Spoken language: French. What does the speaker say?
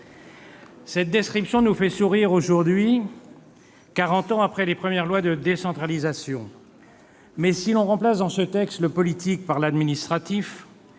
Cette description nous fait sourire aujourd'hui, quarante ans après les premières lois de décentralisation. Mais, si l'on remplace dans ce texte le politique par l'administratif,